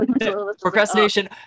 procrastination